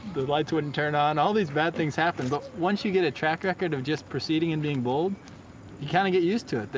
the lights wouldn't turn on. all these bad things happened. but once you get a track record of just proceeding and being bold, you kind of get used to it.